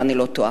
אם אני לא טועה.